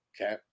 Okay